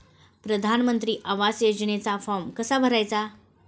प्रधानमंत्री आवास योजनेचा फॉर्म कसा भरायचा?